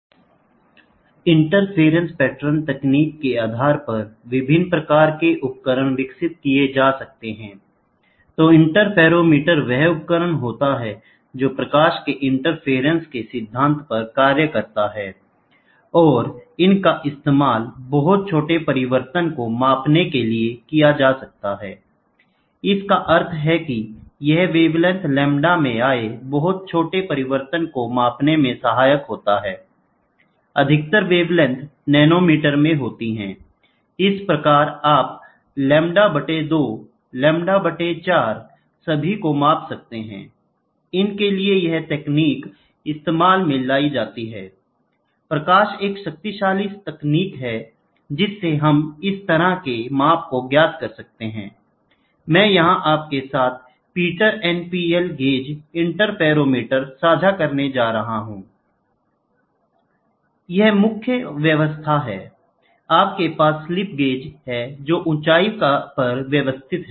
तो इंटरफेयरोमीटर वह उपकरण होते हैं जो प्रकाश के इंटरफेरेंस के सिद्धांत पर कार्य करते हैं और इनका इस्तेमाल बहुत छोटे परिवर्तन को मापने के लिए किया जाता है इसका अर्थ है कि यह वेवलेंथ λ में आए बहुत छोटे परिवर्तन को मापने मे सहायक होता हैI अधिकतर वेवलेंथ नैनोमीटर में होती हैI इस प्रकार आप λ बटे 2 λ बटे 4 सभी को माप सकते हैंI इनके लिए यह तकनीक इस्तेमाल में लाई जाती हैI प्रकाश एक शक्तिशाली तकनीक है जिससे हम इस तरह के माप को ज्ञात कर सकते हैंI मैं यहां आपके साथ पीटर NPL गेज इंटरफेयरोमीटर साझा करना चाहता हूंI यह मुख्य व्यवस्था हैI आपके पास स्लिप गेज हैं जो ऊँचाई पर व्यवस्थित हैं